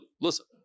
Listen